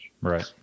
Right